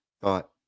thought